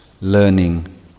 learning